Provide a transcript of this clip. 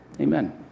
Amen